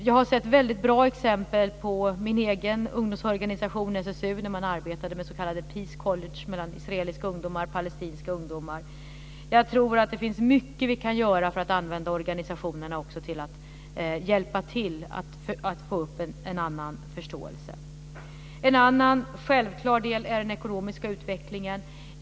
Jag har sett väldigt bra exempel i min egen ungdomsorganisation SSU, där man arbetade med s.k. peace college mellan israeliska ungdomar och palestinska ungdomar. Jag tror att det finns mycket som vi kan göra för att använda organisationerna också till att hjälpa till att få en annan förståelse. En annan självklar del är den ekonomiska utvecklingen.